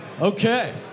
Okay